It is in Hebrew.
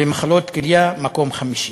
ומחלות כליה, במקום החמישי.